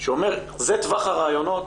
שאומר שזה טווח הרעיונות